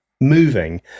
moving